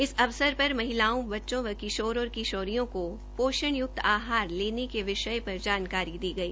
इस अवसर पर महिलाओंबच्चों व किशोर और किशोरियों को पोषणयुक्त आहार लेने के विषय पर जानकारी प्रदान की गई